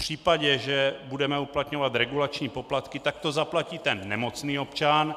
V případě, že budeme uplatňovat regulační poplatky, tak to zaplatí nemocný občan.